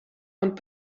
und